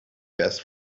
gas